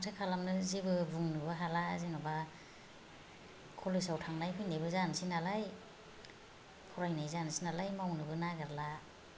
माथो खालामनो जेबो बुंनोबो हाला जेनेबा कलेजाव थांनाय फैनायबो जानोसै नालाय फरायनाय जानोसै नालाय मावनोबो नागिरला